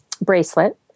bracelet